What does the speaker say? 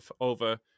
over